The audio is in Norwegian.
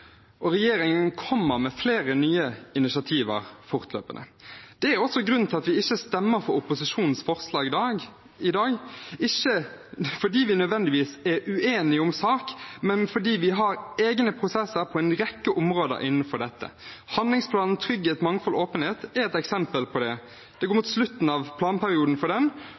området. Regjeringen kommer med flere nye initiativ fortløpende. Det er også grunnen til at vi ikke stemmer for opposisjonens forslag i dag, ikke fordi vi nødvendigvis er uenige om sak, men fordi vi har egne prosesser på en rekke områder innenfor dette. Handlingsplanen «Trygghet, mangfold, åpenhet» er et eksempel på det. Det går mot slutten av planperioden for den,